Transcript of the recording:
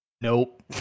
Nope